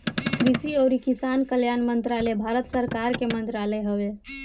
कृषि अउरी किसान कल्याण मंत्रालय भारत सरकार के मंत्रालय हवे